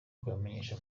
kubamenyesha